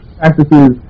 practices